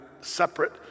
separate